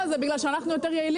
לא, כי אנחנו יותר יעילים.